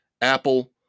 apple